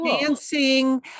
dancing